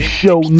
show